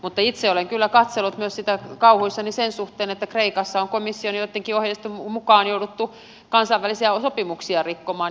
mutta itse olen kyllä katsellut sitä kauhuissani sen suhteen että kreikassa on komission joittenkin ohjeitten mukaan jouduttu kansainvälisiä sopimuksia rikkomaan